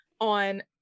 on